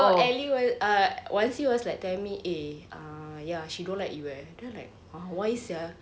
so allie wan err wan see was like telling me like eh ah ya she don't like you eh then I was like !huh! why sia